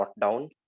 lockdown